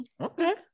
Okay